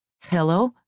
Hello